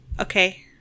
okay